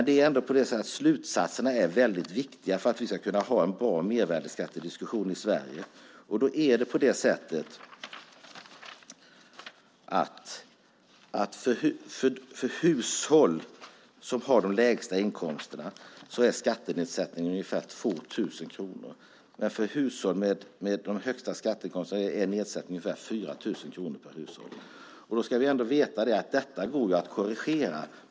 Det är ändå så att slutsatserna är viktiga för att vi ska kunna ha en bra mervärdesskattediskussion i Sverige. För de hushåll som har de lägsta inkomsterna är skattenedsättningen ungefär 2 000 kronor, men för hushåll med de högsta inkomsterna är nedsättningen 4 000 kronor per hushåll. Detta går att korrigera.